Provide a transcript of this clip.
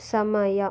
ಸಮಯ